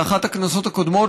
באחת הכנסות הקודמות,